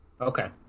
Okay